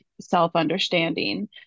self-understanding